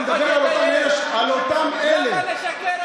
אני מדבר על אותם אלה, אבל למה לשקר?